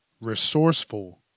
resourceful